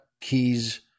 Key's